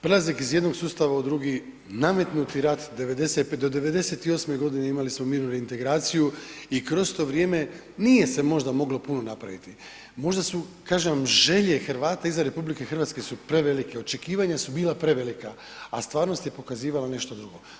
Prelazak iz jednog sustava u drugi, nametnuti rat ... do '98. imali smo mirnu reintegraciju i kroz to vrijeme nije se možda moglo puno napraviti, možda su kažem, želje Hrvata izvan RH su prevelike, očekivanja su bila prevelika a stvarnost je pokazivala nešto drugo.